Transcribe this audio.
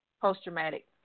post-traumatic